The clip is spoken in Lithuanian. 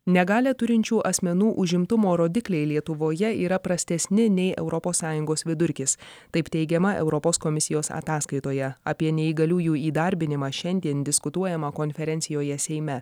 negalią turinčių asmenų užimtumo rodikliai lietuvoje yra prastesni nei europos sąjungos vidurkis taip teigiama europos komisijos ataskaitoje apie neįgaliųjų įdarbinimą šiandien diskutuojama konferencijoje seime